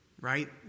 right